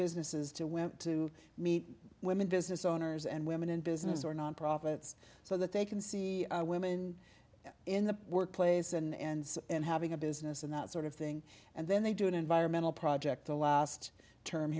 businesses to wimp to meet women business owners and women in business or nonprofits so that they can see women in the workplace and in having a business and that sort of thing and then they do an environmental project the last term